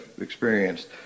experienced